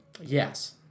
Yes